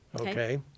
Okay